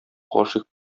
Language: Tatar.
гашыйк